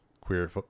queer